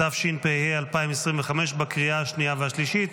התשפ"ה 2025, בקריאה השנייה והשלישית.